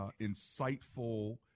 insightful